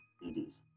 diabetes